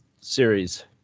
series